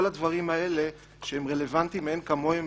כל הדברים האלה שהם רלוונטיים מאין כמוהם